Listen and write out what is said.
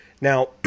Now